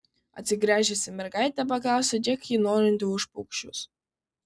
atsigręžęs į mergaitę paklausiau kiek ji norinti už paukščius